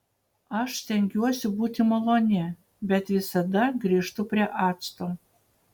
aš stengiuosi būti maloni bet visada grįžtu prie acto